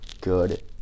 good